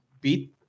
beat